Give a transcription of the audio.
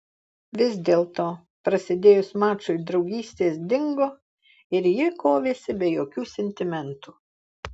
vis dėlto prasidėjus mačui draugystės dingo ir ji kovėsi be jokių sentimentų